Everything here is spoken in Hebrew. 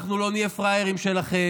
אנחנו לא נהיה פראיירים שלכם.